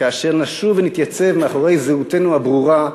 כאשר נשוב ונתייצב מאחורי זהותנו הברורה,